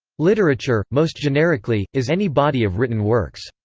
literature, most generically, is any body of written works.